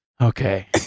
Okay